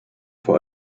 vor